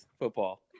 football